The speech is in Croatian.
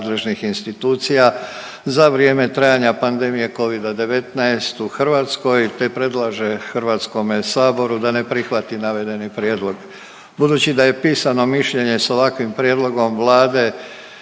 za vrijeme trajanja pandemije covida-19 u Hrvatskoj, te predlaže Hrvatskome saboru da ne prihvati navedeni prijedlog. Budući da je pisano mišljenje sa ovakvim prijedlogom Vlade